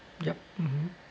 yup mmhmm